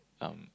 um